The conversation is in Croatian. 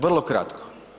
Vrlo kratko.